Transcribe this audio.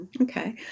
Okay